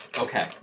Okay